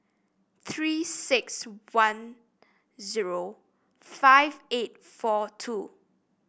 Three six one zero five eight four two